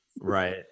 right